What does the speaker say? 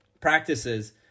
practices